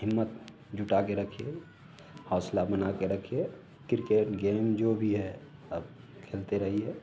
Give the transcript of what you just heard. हिम्मत जुटाकर रखिए हौसला बनाकर रखिए किर्केट गेम जो भी है आप खेलते रहिए